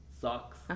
socks